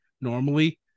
normally